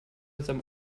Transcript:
seinem